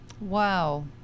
Wow